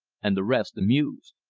and the rest amused.